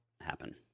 happen